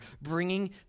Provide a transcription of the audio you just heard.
bringing